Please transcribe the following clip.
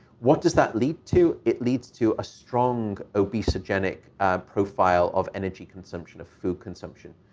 what does that lead to? it leads to a strong obesogenic profile of energy consumption, of food consumption.